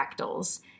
fractals